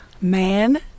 Man